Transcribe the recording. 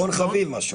אחרון חביב.